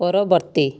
ପରବର୍ତ୍ତୀ